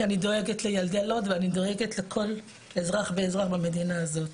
כי אני דואגת לילדי לוד ואני דואגת לכל אזרח ואזרח במדינה הזאת.